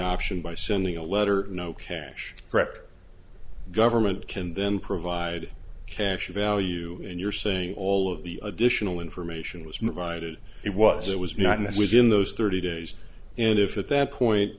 option by sending a letter no cash wrecker government can then provide cash value and you're saying all of the additional information was misguided it was it was not in there was in those thirty days and if at that point